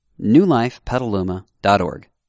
newlifepetaluma.org